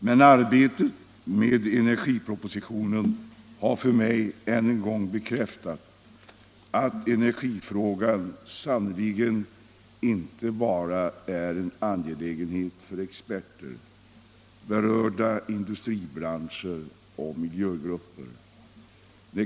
Men arbetet med energipropositionen har för mig än en gång bekräftat att energifrågan sannerligen inte bara är en angelägenhet för experter, berörda industribranscher och miljögrupper.